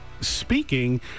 speaking